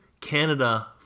Canada